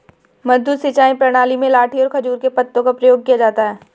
मद्दू सिंचाई प्रणाली में लाठी और खजूर के पत्तों का प्रयोग किया जाता है